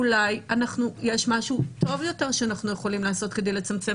אולי יש משהו טוב יותר שאנחנו יכולים לעשות כדי לצמצם